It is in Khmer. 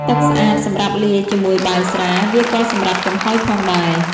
ទឹកស្អាត សម្រាប់លាយជាមួយបាយស្រា វាក៏សម្រាប់ចំហុយផងដែរ។